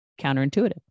counterintuitive